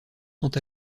sont